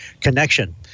connection